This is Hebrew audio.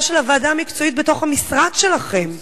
של הוועדה המקצועית בתוך המשרד שלכם.